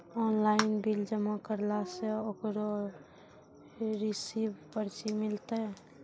Online bill जमा करला से ओकरौ रिसीव पर्ची मिलतै?